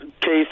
case